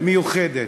מיוחדים.